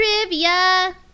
trivia